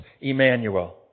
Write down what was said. Emmanuel